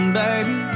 baby